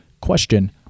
Question